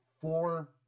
four